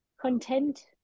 content